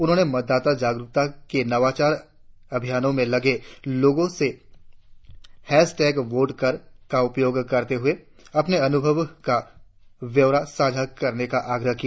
उन्होंने मतदाता जागरुकता के नवाचार अभियानों में लगे लोगो से हैशटेग वोट कर का उपयोग करते हुए अपने अनुभवों का ब्यौरा साझा करने का आग्रह किया